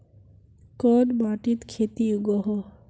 कोन माटित खेती उगोहो?